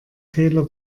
fehler